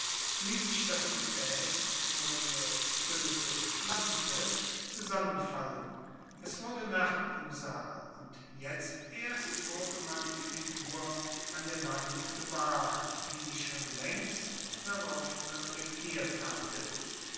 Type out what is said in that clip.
ließ ich das gefäß worin der spiritus flammte zusammenfallen es wurde nacht im saal und jetzt erst wurde man die figur an der wand gewahr die sich schon längst darauf reflektiert hatte